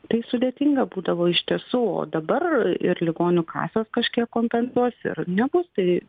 tai sudėtinga būdavo iš tiesų o dabar ir ligonių kasos kažkiek kompensuos ir nebus tai